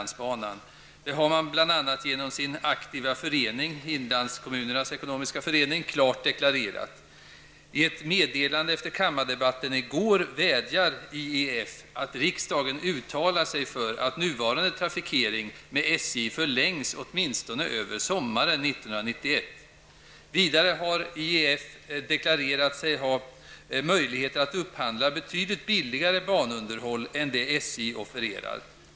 Det har man bl.a. genom sin aktiva förening Inlandskommunerna Ekonomisk I ett meddelande efter kammardebatten i går vädjar Inlandskommunerna Ekonomisk Förening att riksdagen uttalar sig för att nuvarande trafikering med SJ förlängs åtminstone över sommaren 1991. Vidare har IEF deklarerat sig ha möjligheter att upphandla betydligt billigare banunderhåll än det SJ offererar.